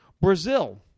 Brazil